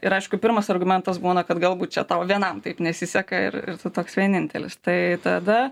ir aišku pirmas argumentas būna kad galbūt čia tau vienam taip nesiseka ir ir tu toks vienintelis tai tada